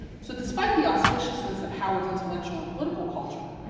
so despite the auspiciousness of howard's intellectual and political culture,